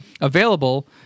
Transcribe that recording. available